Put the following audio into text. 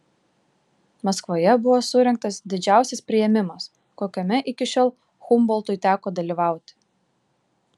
maskvoje buvo surengtas didžiausias priėmimas kokiame iki šiol humboltui teko dalyvauti